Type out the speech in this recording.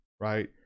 right